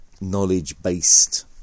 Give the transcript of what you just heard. knowledge-based